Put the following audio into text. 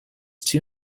two